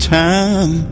time